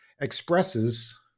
expresses